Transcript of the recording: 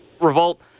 revolt